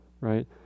right